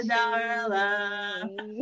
Darla